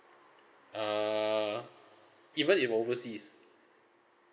err even if overseas